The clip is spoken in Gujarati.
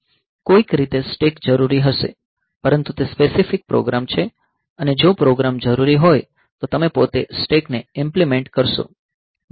કોઈક રીતે સ્ટેક જરૂરી હશે પરંતુ તે સ્પેસિફિક પ્રોગ્રામ છે અને જો પ્રોગ્રામ જરૂરી હોય તો તમે પોતે સ્ટેકને ઇંપ્લીમેંટ કરશો